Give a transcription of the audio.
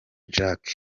jacques